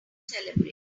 celebrate